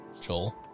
Joel